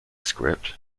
script